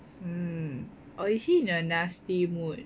hmm or is he in a nasty mood